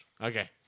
Okay